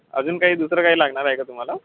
अजून काही दुसरं काय लागणार आहे का तुम्हाला